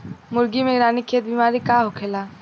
मुर्गी में रानीखेत बिमारी का होखेला?